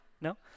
No